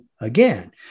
again